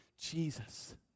Jesus